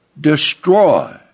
destroy